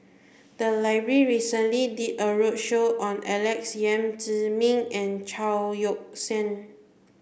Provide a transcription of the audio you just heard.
the library recently did a roadshow on Alex Yam Ziming and Chao Yoke San